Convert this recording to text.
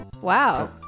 Wow